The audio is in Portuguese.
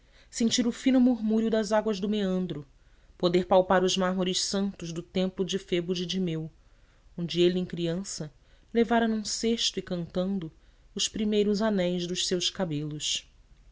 sentir o fino murmúrio das águas do meandro poder palpar os mármores santos do templo de febo didimeu onde ele em criança levara num cesto e cantando os primeiros anéis dos seus cabelos